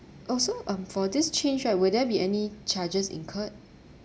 also um for this change right will there be any charges incurred